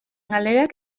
galderak